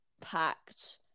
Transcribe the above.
packed